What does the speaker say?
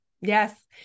Yes